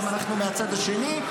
גם אנחנו מהצד השני.